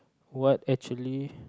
what actually